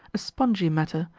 a spongy matter,